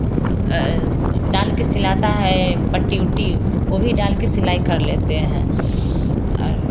डाल कर सिलाता है पट्टी उट्टी ओ भी डाल कर सिलाई कर लेते हैं और